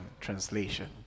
translation